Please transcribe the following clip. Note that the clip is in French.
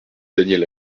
daniel